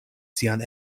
sian